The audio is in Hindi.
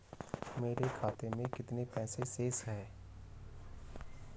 मेरे खाते में कितने पैसे शेष हैं?